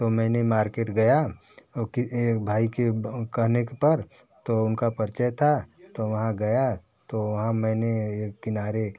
तो मैंने मार्केट गया वो कि एक भाई के कहने के पर तो उनका परिचय था तो वहाँ गया तो वहाँ मैंने एक किनारे